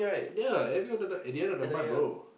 yea at the end of the month at the end of the month bro